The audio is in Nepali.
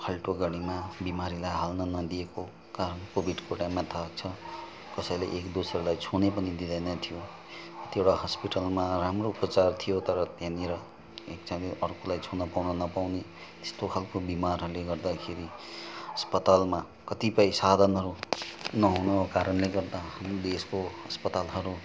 फाल्टो गाडीमा बिमारीलाई हाल्न नदिएको कारण कोभिडको टाइममा थाहै छ कसैले एक दुस्रालाई छुनै पनि दिँदैन थियो त्यो एउटा हस्पिटलमा राम्रो उपचार तर त्यहाँनिर एकजानले अर्कोलाई छुन पाउन नपाउने यस्तो खालको बिमारले गर्दाखेरि अस्पतालमा कतिपय साधनहरू नहुनुको कारणले गर्दा हाम्रो देशको अस्पतालहरू